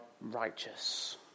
righteous